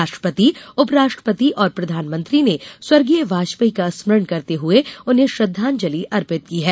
राष्ट्रपति उपराष्ट्रपति और प्रधानमंत्री ने स्वर्गीय वाजपेयी का स्मरण करते हुए उन्हें श्रद्धांजलि अर्पित की है